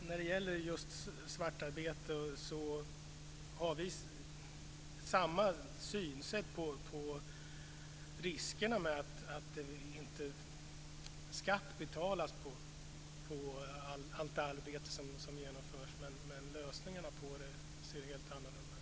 När det gäller svartarbete har vi samma synsätt i fråga om riskerna att skatt inte betalas på allt arbete som genomförs, men lösningarna ser helt annorlunda ut.